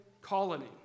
colony